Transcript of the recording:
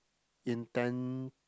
intend